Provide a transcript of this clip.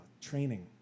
training